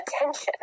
attention